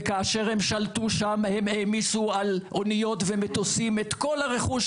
וכאשר הם שלטו שם הם העמיסו על אוניות ומטוסים את כל הרכוש